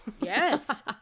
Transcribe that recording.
Yes